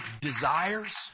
desires